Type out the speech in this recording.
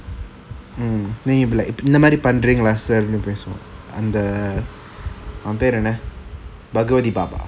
mm இப்ப இந்த மாறி பண்றிங்கலா:ippa intha mari panringala sir னு பேசுவான் அந்த அவன் பேர் என்ன:nu pesuvan antha avan per enna bagavadi baba